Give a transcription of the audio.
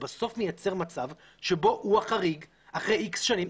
בסוף מייצר מצב שבו הוא החריג אחרי איקס שנים.